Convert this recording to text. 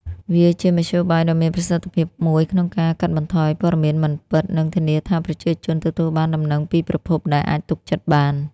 វាជាមធ្យោបាយដ៏មានប្រសិទ្ធភាពមួយក្នុងការកាត់បន្ថយព័ត៌មានមិនពិត និងធានាថាប្រជាជនទទួលបានដំណឹងពីប្រភពដែលអាចទុកចិត្តបាន។